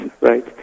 right